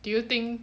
do you think